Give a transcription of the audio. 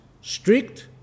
strict